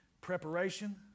preparation